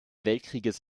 weltkriegs